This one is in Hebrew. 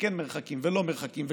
וכן מרחקים ולא מרחקים,